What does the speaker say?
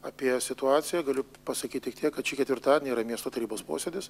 apie situaciją galiu pasakyt tik tiek kad šį ketvirtadienį yra miesto tarybos posėdis